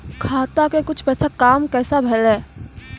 खाता के कुछ पैसा काम कैसा भेलौ?